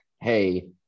Hey